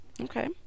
Okay